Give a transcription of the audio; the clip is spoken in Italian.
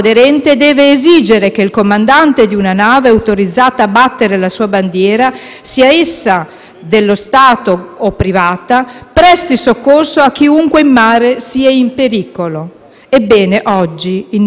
dello Stato o privata, presti soccorso a chiunque in mare sia in pericolo. Ebbene, oggi, in nome di una supposta superiorità dell'interesse pubblico, tutto questo è venuto meno; è venuto meno